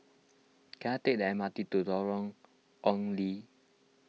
can I take the M R T to Lorong Ong Lye